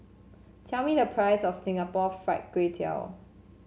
tell me the price of Singapore Fried Kway Tiao